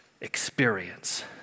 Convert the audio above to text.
experience